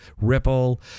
Ripple